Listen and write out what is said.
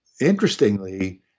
interestingly